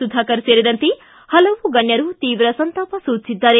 ಸುಧಾಕರ್ ಸೇರಿದಂತೆ ಹಲವು ಗಣ್ಯರು ತೀರ್ವ ಸಂತಾಪ ಸೂಚಿಸಿದ್ದಾರೆ